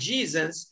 Jesus